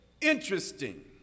interesting